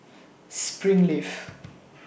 Springleaf